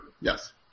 Yes